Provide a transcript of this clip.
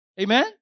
Amen